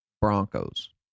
Broncos